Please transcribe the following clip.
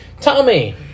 Tommy